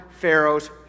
Pharaoh's